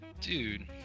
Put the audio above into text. Dude